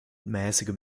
mäßigem